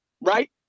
right